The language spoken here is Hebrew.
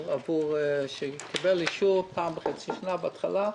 האדם שמשתמש יקבל אישור פעם בחצי שנה בהתחלה,